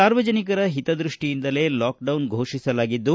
ಸಾರ್ವಜನಿಕರ ಹಿತದೃಷ್ಷಿಯಿಂದಲೇ ಲಾಕ್ಡೌನ್ ಫೋಷಿಸಲಾಗಿದ್ದು